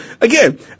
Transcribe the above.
again